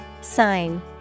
Sign